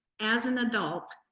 as an adult,